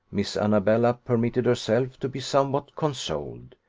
miss annabella permitted herself to be somewhat consoled.